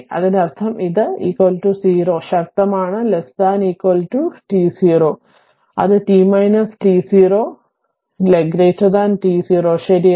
അതിനർത്ഥം ഇത് 0 ശക്തമാണ് t0 അത് t t0 t0 ശരിയാണ്